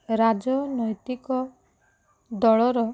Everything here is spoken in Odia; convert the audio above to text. ରାଜନୈତିକ ଦଳର